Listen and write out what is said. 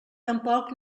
tampoc